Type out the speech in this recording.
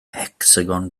hecsagon